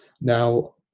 Now